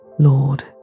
Lord